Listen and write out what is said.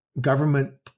government